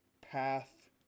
path